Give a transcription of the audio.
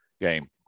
game